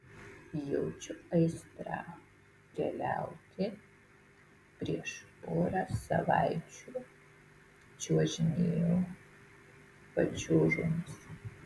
jaučiu aistrą keliauti prieš porą savaičių čiuožinėjau pačiūžomis